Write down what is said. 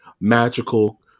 magical